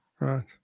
Right